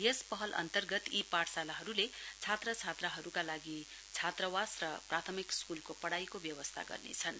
यस पहल अन्तर्गत यी पाठशालाहरुले छात्रछात्राहरुका लागि छात्रवास र प्राथमिक स्कूलको पढ़ाइको व्यवस्थ गर्नेछन्